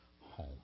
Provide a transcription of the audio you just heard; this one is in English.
home